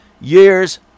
years